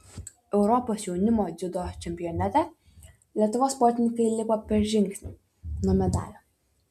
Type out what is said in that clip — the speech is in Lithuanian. europos jaunimo dziudo čempionate lietuvos sportininkai liko per žingsnį nuo medalio